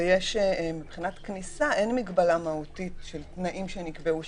מבחינת כניסה אין מגבלה מהותית של תנאים שנקבעו,